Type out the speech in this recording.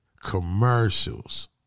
Commercials